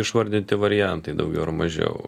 išvardinti variantai daugiau ar mažiau